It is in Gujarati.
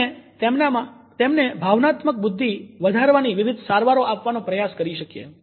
અને તેમને ભાવનાત્મક બુદ્ધિ વધારવાની વિવિધ સારવાર આપવાનો પ્રયાસ કરી શકીએ